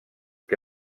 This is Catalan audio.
que